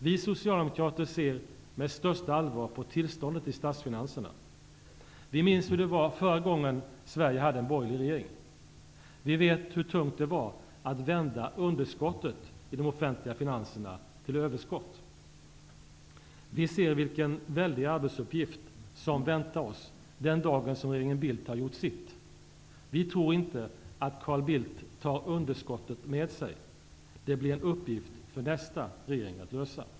Vi socialdemokrater ser med största allvar på tillståndet i statsfinanserna. Vi minns hur det var förra gången Sverige hade en borgerlig regering. Vi vet hur tungt det var att vända underskottet i de offentliga finanserna till överskott. Vi ser vilken väldig arbetsuppgift som väntar oss, den dagen som regeringen Bildt har gjort sitt. Vi tror inte att Carl Bildt tar underskotten med sig. Det blir en uppgift för nästa regering att lösa.